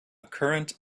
current